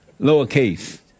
lowercase